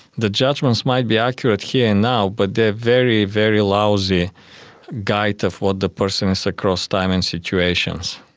the judgements might be accurate here and now but they are a very, very lousy guide of what the person is across time and situations.